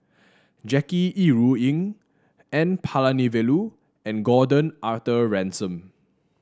Jackie Yi Ru Ying N Palanivelu and Gordon Arthur Ransome